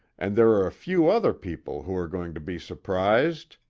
and there are a few other people who are going to be surprised!